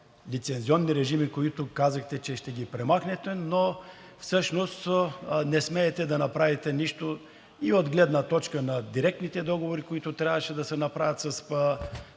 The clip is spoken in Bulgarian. лицензионни режими, които казахте, че ще премахнете, но всъщност не смеете да направите нищо от гледна точка и на директните договори, които трябваше да се направят с